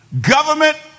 government